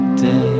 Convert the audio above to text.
day